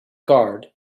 garde